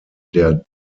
der